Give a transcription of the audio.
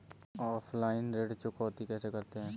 Offline ऋण चुकौती कैसे करते हैं?